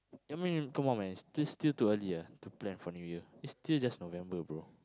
I mean come on man still still too early ah to plan for New Year it's still just November bro